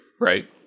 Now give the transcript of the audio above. right